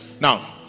Now